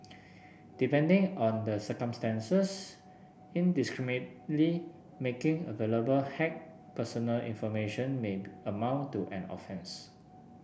depending on the circumstances indiscriminately making available hacked personal information may be amount to an offence